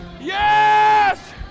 Yes